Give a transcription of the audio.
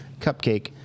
cupcake